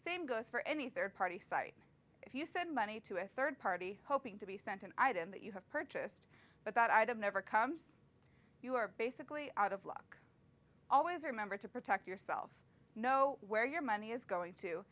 same goes for any third party site if you send money to a third party hoping to be sent an item that you have purchased but that i have never comes you are basically out of luck always remember to protect yourself know where your money is going to